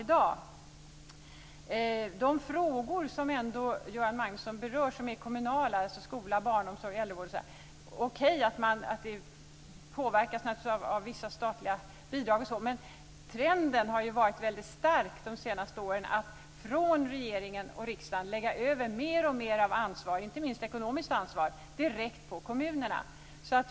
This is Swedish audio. De kommunala frågor som Göran Magnusson berör - skolan, barnomsorgen, äldreomsorgen osv. - påverkas naturligtvis av vissa statliga bidrag etc. men trenden under de senaste åren har varit väldigt stark när det gäller att från regeringen och riksdagen lägga över alltmer av ansvar, inte minst ekonomiskt ansvar, direkt på kommunerna.